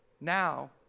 now